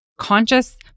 conscious